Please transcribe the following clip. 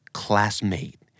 classmate